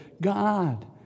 God